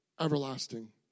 Everlasting